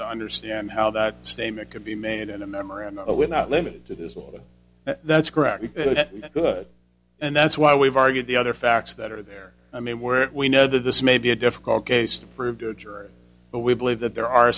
to understand how that statement could be made in a memorandum we're not limited to this will that's correct good and that's why we've argued the other facts that are there i mean where we know that this may be a difficult case to prove to a jury but we believe that there are